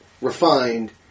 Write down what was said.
refined